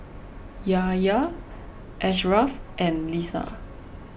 Yahya Ashraff and Lisa